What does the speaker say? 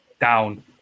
down